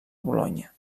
bolonya